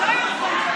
תמה ההצבעה.